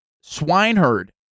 Swineherd